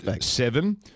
seven